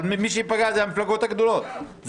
אבל מי שייפגע זה המפלגות הגדולות.